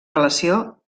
relació